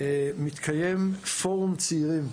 מתקיים פורום צעירים.